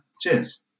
Cheers